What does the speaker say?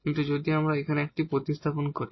কিন্তু যদি আমরা এখানে একটি প্রতিস্থাপন করি